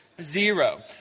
zero